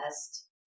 test